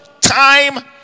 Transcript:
time